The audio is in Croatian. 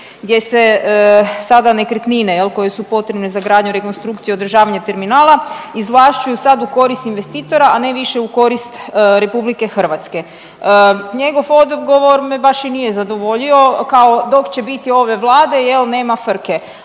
gdje se sada nekretnine koje su potrebne za gradnju, rekonstrukciju, održavanje terminala izvlašćuju sad u korist investitora, a ne više u korist Republike Hrvatske. Njegov odgovor me baš i nije zadovoljio. Kao dok će biti ove Vlade nema frke.